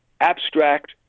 abstract